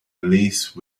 lease